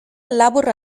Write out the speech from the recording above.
labur